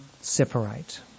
separate